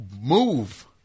Move